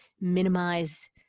minimize